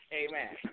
amen